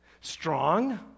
Strong